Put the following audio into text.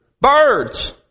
Birds